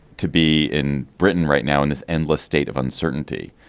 to be in britain right now in this endless state of uncertainty.